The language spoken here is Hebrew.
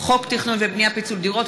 חוק התכנון והבנייה (פיצול דירות),